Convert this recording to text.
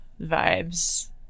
vibes